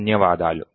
ధన్యవాదాలు